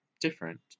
different